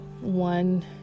one